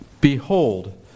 Behold